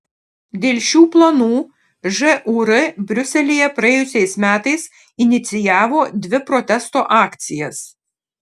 dėl šių planų žūr briuselyje praėjusiais metais inicijavo dvi protesto akcijas